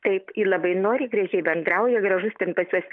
taip ji labai nori gražiai bendrauja gražus ten pas juos